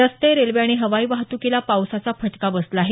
रस्ते रल्वे आणि हवाई वाहतूकीला पावसाचा फटका बसला आहे